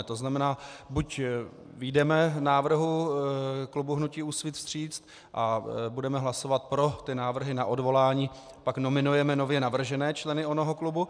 To znamená, buď vyjdeme návrhu klubu hnutí Úsvit vstříc a budeme hlasovat pro návrhy na odvolání, pak nominujeme nově navržené členy onoho klubu.